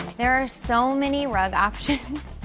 there are so many rug options,